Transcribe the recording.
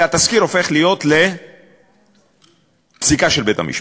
והתסקיר הופך להיות פסיקה של בית-המשפט.